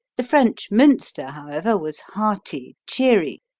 the french munster, however, was hearty, cheery,